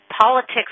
politics